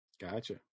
Gotcha